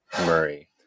Murray